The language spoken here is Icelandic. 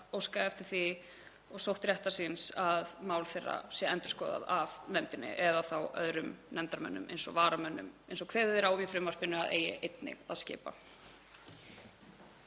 óskað eftir því og sótt réttar síns um að mál þeirra sé endurskoðað af nefndinni eða þá öðrum nefndarmönnum eins og varamönnum, eins og kveðið er á um í frumvarpinu að eigi einnig að skipa.